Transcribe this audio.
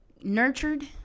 nurtured